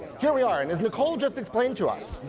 here we are. and as nicole just explained to us,